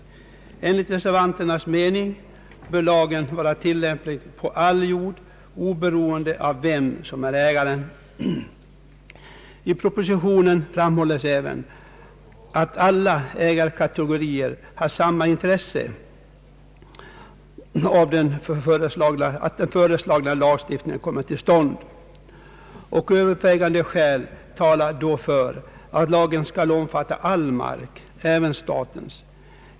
Enligt reservanternas mening bör lagen vara tillämplig på all jord oberoende av vem som är ägaren. I propositionen framhålles att alla ägarkategorier har samma intresse av att den föreslagna lagstiftningen kommer till stånd. Övervägande skäl talar då för att lagen skall omfatta all mark, även statens.